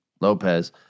Lopez